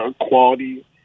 quality